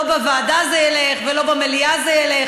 לא בוועדה זה ילך ולא במליאה זה ילך.